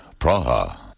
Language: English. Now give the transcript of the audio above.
Praha